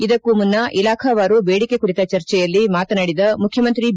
ಇದಕ್ಕೂ ಮುನ್ನ ಇಲಾಖಾವಾರು ಬೇಡಿಕೆ ಕುರಿತ ಚರ್ಚೆಯಲ್ಲಿ ಮಾತನಾಡಿದ ಮುಖ್ಯಮಂತ್ರಿ ಬಿ